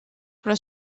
però